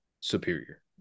superior